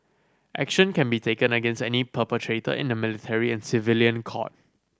action can be taken against any perpetrator in the military and civilian court